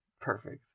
Perfect